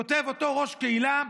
כותב אותו ראש קהילה,